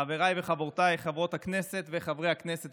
חבריי וחברותיי חברות הכנסת וחברי הכנסת,